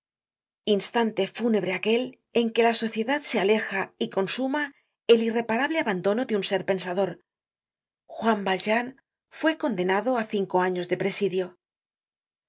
instante fúnebre aquel en que la sociedad se aleja y consuma el irreparable abandono de un ser pensador juan valjean fue condenado á cinco años de presidio